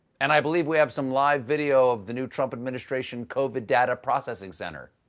and i believe we have some live video of the new trump administration covid data processing center.